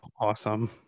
awesome